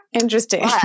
Interesting